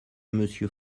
monsieur